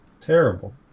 terrible